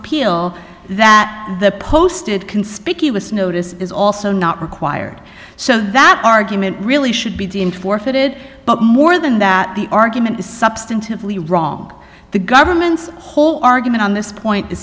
appeal that the posted conspicuous notice is also not required so that argument really should be deemed forfeited but more than that the argument is substantively wrong the government's whole argument on this point i